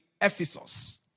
Ephesus